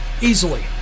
Easily